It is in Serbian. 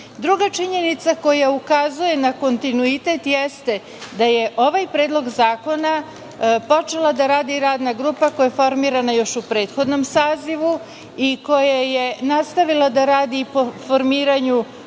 činjenica koja ukazuje na kontinuitet jeste da je ovaj predlog zakona počela da radi radna grupa koja je formirana još u prethodnom sazivu i koja je nastavila da radi i po formiranju